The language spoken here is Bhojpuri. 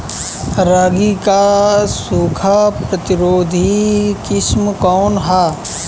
रागी क सूखा प्रतिरोधी किस्म कौन ह?